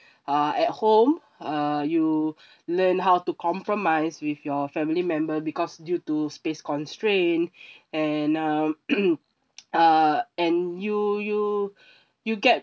uh at home uh you learn how to compromise with your family member because due to space constraint and uh uh and you you you get